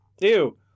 Ew